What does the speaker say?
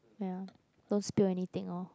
ya don't spill anything orh